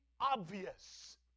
obvious